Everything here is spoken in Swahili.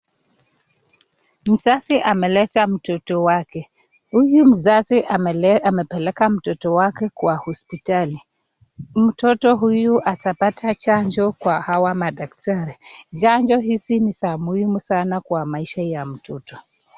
Mzazi ameleta mtoto wake , huyu mzazi amepeleka mtoto wake kwa hospitali, mtoto huyu atapata chanjo kwa hawa madaktari, chanjo hizi ni muhimu sana kwa maisha ya mtoto.